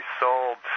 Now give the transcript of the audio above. sold